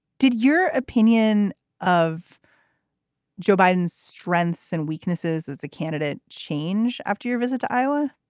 did your opinion of joe biden's strengths and weaknesses as a candidate change after your visit to iowa